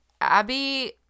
Abby